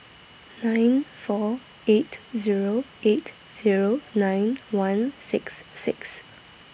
nine four eight Zero eight Zero nine one six six